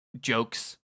jokes